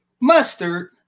mustard